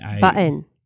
Button